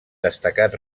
destacat